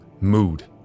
mood